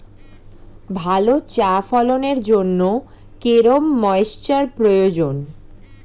ভালো চা ফলনের জন্য কেরম ময়স্চার প্রয়োজন?